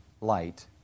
light